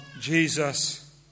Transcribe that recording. Jesus